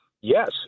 yes